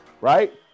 right